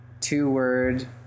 two-word